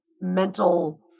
mental